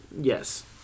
Yes